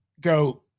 go